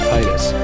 Titus